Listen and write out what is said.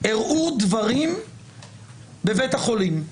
הראו דברים בבית החולים.